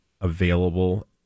available